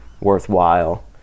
worthwhile